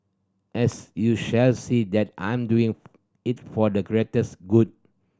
as you shall see that I'm doing it for the greater good